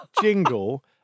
jingle